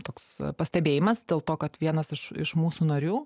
toks pastebėjimas dėl to kad vienas iš mūsų narių